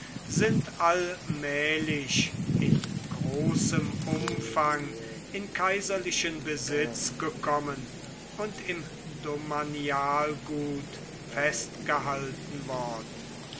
sind allmählich in großem umfang in kaiserlichen besitz gekommen und im domanialgut festgehalten worden